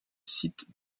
site